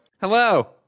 Hello